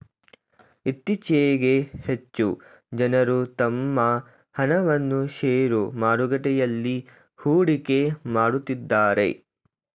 ಇತ್ತೀಚೆಗೆ ಹೆಚ್ಚು ಜನರು ತಮ್ಮ ಹಣವನ್ನು ಶೇರು ಮಾರುಕಟ್ಟೆಯಲ್ಲಿ ಹೂಡಿಕೆ ಮಾಡುತ್ತಿದ್ದಾರೆ